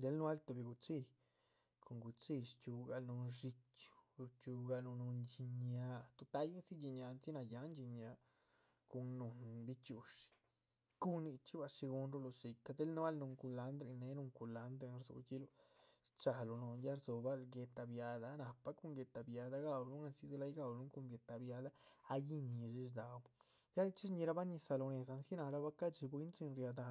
del nuáhal tuhbi gu´chxilli, cun gu´chxilli shchxiugaluh dxíchyu ruchxiugaluh núhun dxín ñáha. ta´yin dzi dxin ñáha andzi nayáhan dxin ñáha cun núhun bichxi´ushi cun nichxí bua´c shi guhunruluh shi´ca, del núahl núhun culandrín, néh núhun. culandrín rdzuyihluh shchañuh lóhon, ya rdzobaluh guéhta bia´dah nahpa cun guéhta bia´dah gauluhun andzi del ay ga´huluhn cun guéhta bia´dah aygi ñidshi shda´un. ya nichxí shñirahba ñizah lóh nédza nác rahba ca´dxi bwín chin ría dahán